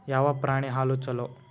ಯಾವ ಪ್ರಾಣಿ ಹಾಲು ಛಲೋ?